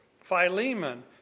Philemon